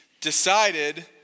decided